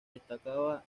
destacaba